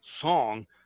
song